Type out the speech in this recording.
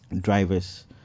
drivers